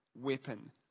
weapon